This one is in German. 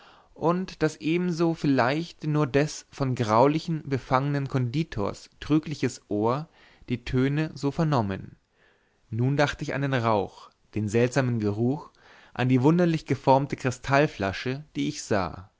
und daß ebenso vielleicht nur des vom graulichen befangenen konditors trügliches ohr die töne so vernommen nun dacht ich an den rauch den seltsamen geruch an die wunderlich geformte kristallflasche die ich sah